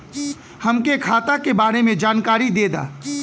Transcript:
हमके खाता के बारे में जानकारी देदा?